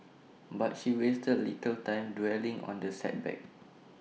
but she wasted A little time dwelling on the setback